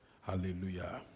Hallelujah